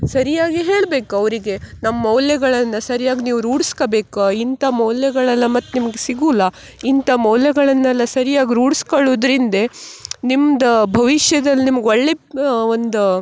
ಸರಿಯಾಗಿ ಹೇಳ್ಬೇಕು ಅವರಿಗೆ ನಮ್ಮ ಮೌಲ್ಯಗಳನ್ನು ಸರಿಯಾಗಿ ನೀವು ರೂಢ್ಸ್ಕಬೇಕು ಇಂಥ ಮೌಲ್ಯಗಳೆಲ್ಲ ಮತ್ತು ನಿಮ್ಗೆ ಸಿಗುಲ್ಲ ಇಂಥ ಮೌಲ್ಯಗಳನ್ನೆಲ್ಲ ಸರಿಯಾಗಿ ರೂಢ್ಸ್ಕೊಳುದ್ರಿಂದ ನಿಮ್ದು ಭವಿಷ್ಯದಲ್ಲಿ ನಿಮ್ಗೆ ಒಳ್ಳೆಯ ಒಂದು